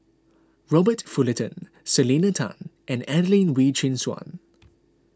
Robert Fullerton Selena Tan and Adelene Wee Chin Suan